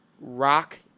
rock